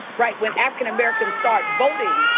right, when african americans started voting,